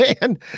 man